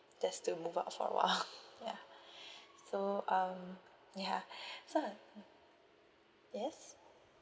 just to move out for awhile ya so um ya so I was yes